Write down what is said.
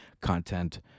content